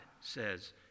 says